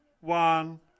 One